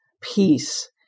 peace